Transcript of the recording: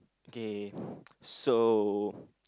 K so